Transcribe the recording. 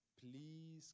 please